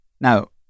Now